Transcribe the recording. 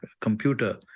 computer